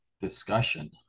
discussion